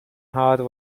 hard